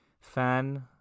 fan